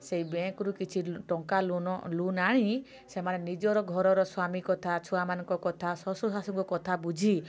ସେଇ ବ୍ୟାଙ୍କରୁ କିଛି ଟଙ୍କା ଲୋନ୍ ଆଣି ସେମାନେ ନିଜର ଘରର ସ୍ବାମୀ କଥା ଛୁଆ ମାନଙ୍କ କଥା ଶାଶୂ ଶ୍ୱଶୁରଙ୍କ କଥା ବୁଝି